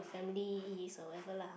family is or whatever lah